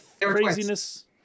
craziness